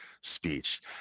speech